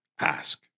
ask